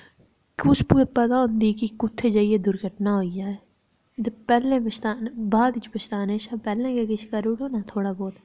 कुछ ते पता होंदी कि कुत्थै जाइयै दुर्घटना होई जा ते पैह्लें गै बाद च पछतानै कोला पैह्लें गै किश करी ओड़ो ना थोह्ड़ा बहुत